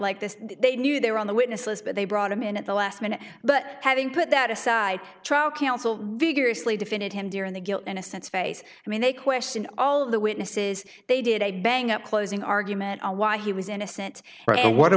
like this they knew they were on the witness list but they brought him in at the last minute but having put that aside trial counsel vigorously defended him during the guilt innocence phase i mean they questioned all of the witnesses they did a bang up closing argument on why he was innocent but what